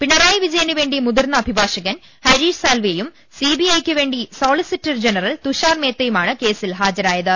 പിണ റായി വിജയനു വേണ്ടി മുതിർന്ന അഭിഭാഷകൻ ഹരീഷ് സാൽവെയും സിബിഐയ്ക്കു വേണ്ടി സോളിസിറ്റർ ജനറൽ തുഷാർ മേത്തയുമാണ് കേസിൽ ഹാജരായത്